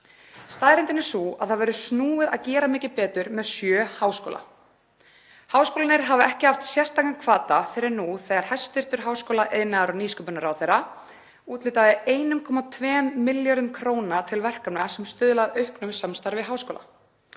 Staðreyndin er sú að það verður snúið að gera mikið betur með sjö háskóla. Háskólarnir hafa ekki haft sérstakan hvata fyrr en nú þegar hæstv. háskóla-, iðnaðar- og nýsköpunarráðherra úthlutaði 1,2 milljörðum kr. til verkefna sem stuðla að auknu samstarfi við háskóla.